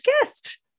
guest